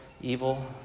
evil